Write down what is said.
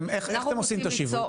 איך אתם עושים את השיווק?